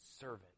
servant